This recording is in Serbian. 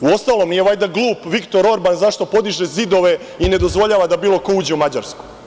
Uostalom, nije valjda glup Viktor Orban zašto podiže zidove i ne dozvoljava da bilo ko uđe u Mađarsku.